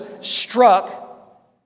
struck